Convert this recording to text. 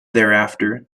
thereafter